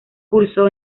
cursó